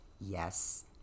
Yes